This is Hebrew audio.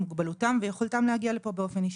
מוגבלותם ויכולתם להגיע לפה באופן אישי.